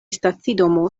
stacidomo